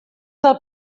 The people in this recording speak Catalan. del